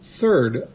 third